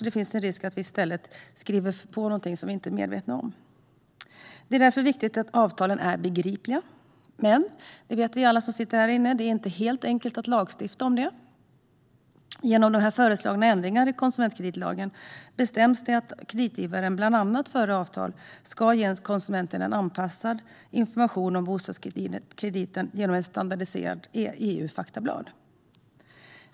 Det finns en risk att vi i stället skriver på någonting som vi inte är medvetna om. Det är därför viktigt att avtalen är begripliga, men som alla här inne vet är det inte helt enkelt att lagstifta om detta. Genom dessa föreslagna ändringar i konsumentkreditlagen bestäms att kreditgivaren innan ett avtal ingås ska ge konsumenten en anpassad information om bostadskrediten genom ett standardiserat EU-faktablad.